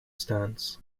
stands